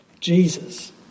Jesus